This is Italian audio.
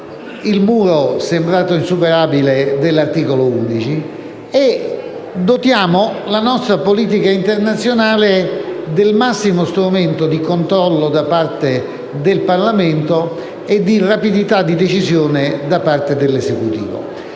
- vorrà dotarsi, noi superiamo tale muro e dotiamo la nostra politica internazionale del massimo strumento di controllo da parte del Parlamento e di rapidità di decisione da parte dell'Esecutivo.